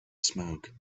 smoke